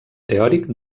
teòric